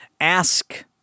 Ask